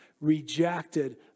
rejected